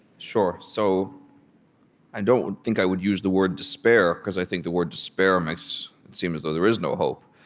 sure. so i don't think i would use the word despair, because i think the word despair makes it seem as though there is no hope.